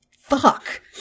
fuck